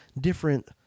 different